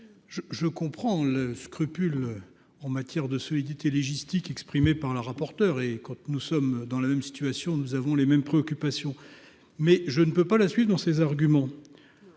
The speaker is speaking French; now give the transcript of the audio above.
je comprends le scrupule en matière de solidité logistique exprimé par la rapporteure et quand nous sommes dans la même situation. Nous avons les mêmes préoccupations. Mais je ne peux pas la suite dans ses arguments.